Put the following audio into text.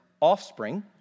offspring